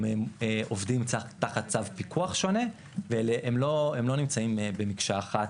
הם עובדים תחת צו פיקוח שונה והם לא נמצאים במקשה אחת,